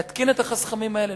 להתקין את החסכמים האלה,